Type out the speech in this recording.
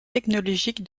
technologique